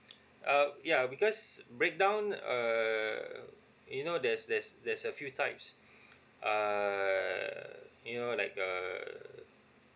um yeah because breakdown err you know there's there's there's a few types err you know like err